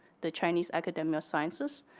the chinese academic sciences,